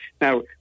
Now